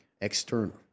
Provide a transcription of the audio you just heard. external